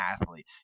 athlete